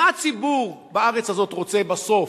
מה הציבור בארץ הזה רוצה בסוף?